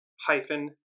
hyphen